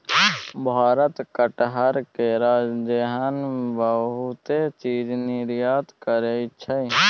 भारत कटहर, केरा जेहन बहुते चीज निर्यात करइ छै